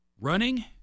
running